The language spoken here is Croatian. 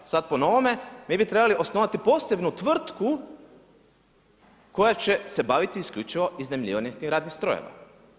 Sad po novome, mi bi trebali osnovati posebnu tvrtku, koja će se izbaviti isključivo iznajmljivanje tih radnih strojeva.